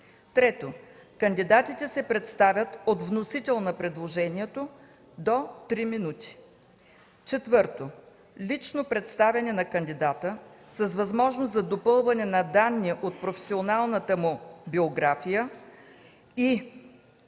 3. Кандидатите се представят от вносител на предложението – до 3 минути. 4. Лично представяне на кандидата, с възможност за допълване на данни от професионалната му биография и